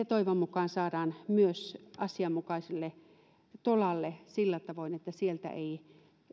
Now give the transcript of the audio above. toivon mukaan saadaan myös asianmukaiselle tolalle sillä tavoin että sieltä ei